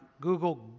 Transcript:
Google